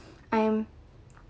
I am